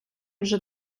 вже